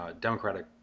Democratic